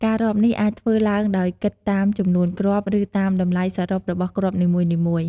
ការរាប់នេះអាចធ្វើឡើងដោយគិតតាមចំនួនគ្រាប់ ឬតាមតម្លៃសរុបរបស់គ្រាប់នីមួយៗ។